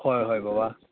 ꯍꯣꯏ ꯍꯣꯏ ꯕꯕꯥ